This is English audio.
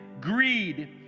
greed